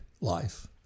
life